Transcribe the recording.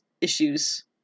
issues